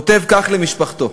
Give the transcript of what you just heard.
כותב כך למשפחתו: